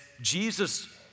Jesus